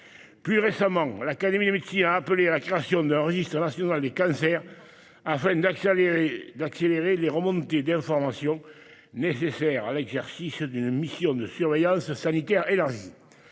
Plus récemment, l'Académie nationale de médecine a appelé à la création d'un registre national des cancers, afin d'accélérer les remontées d'informations nécessaires à l'exercice d'une mission de surveillance sanitaire élargie.